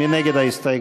מי נגד ההסתייגות?